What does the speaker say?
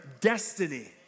destiny